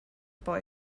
boy